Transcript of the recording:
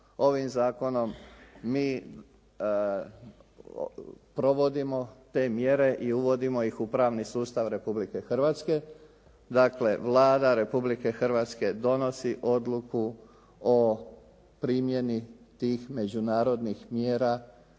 Ovim zakonom mi provodimo te mjere i uvodimo ih u pravni sustav Republike Hrvatske. Dakle Vlada Republike Hrvatske donosi odluku o primjeni tih međunarodnih mjera